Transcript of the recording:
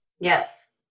Yes